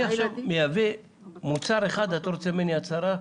אני עכשיו מייבא מוצר אחד ואתה רוצה ממני הצהרה?